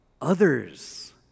others